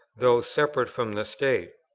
though separated from the state.